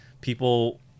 people